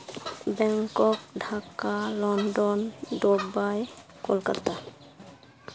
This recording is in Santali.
Bangkok Dhaka London Dubai Kolkata